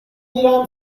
گیرم